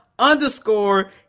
underscore